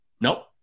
Nope